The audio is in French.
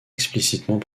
explicitement